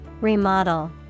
Remodel